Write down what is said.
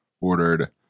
ordered